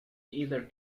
either